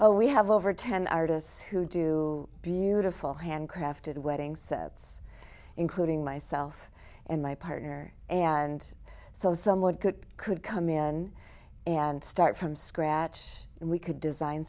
a we have over ten artists who do beautiful handcrafted weddings sets including myself and my partner and so someone could could come in and start from scratch and we could design